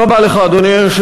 תודה רבה לך, אדוני היושב-ראש.